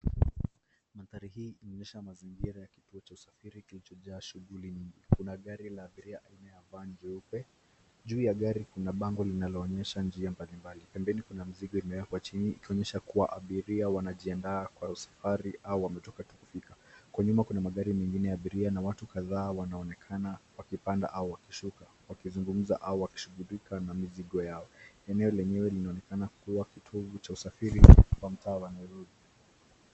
Mandhari hii inaonyesha mazingira ya kituo cha usafiri kilicho jaa shughuli nyingi, kuna gari la abiria aina ya van jeupe, juu ya gari kuna bango linalo onyesha njia mbalimbali. Pembeni kuna mizigo vimewekwa chini kuashiria abiria wanajiandaa safiri au kutoka tu kufika kwa nyuma kuna gari la abiria na watu kadhaa wanaonekana wakipanda au wakishuka, wakizungumza au kushughulika na mizigo yao. Eneo lenyewe linaonekana kuwa kitovu cha usafiri wa mtaa la Nairobi.